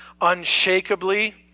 unshakably